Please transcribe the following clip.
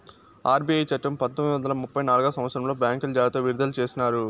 RBI చట్టము పంతొమ్మిది వందల ముప్పై నాల్గవ సంవచ్చరంలో బ్యాంకుల జాబితా విడుదల చేసినారు